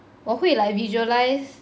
我会 like visualise